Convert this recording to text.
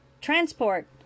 Transport